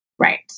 Right